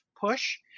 push